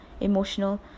emotional